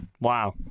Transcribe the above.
Wow